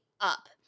up